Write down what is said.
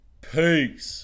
Peace